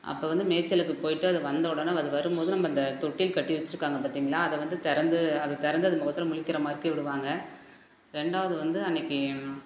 அப்போ வந்து மேய்ச்சலுக்கு போய்ட்டு அது வந்த உடனே அது வரும்போது நம்ம அந்த தொட்டில் கட்டி வச்சுருக்காங்க பார்த்தீங்களா அதை வந்து திறந்து அதை திறந்து அது முகத்துல முழிக்கிற மாதிரிக்கி விடுவாங்க ரெண்டாவது வந்து அன்றைக்கி